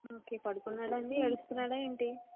ఇంతకీ పడుకున్నాడా అండి ఏడుస్తున్నాడా ఏంటి